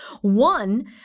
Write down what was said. One